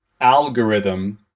algorithm